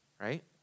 right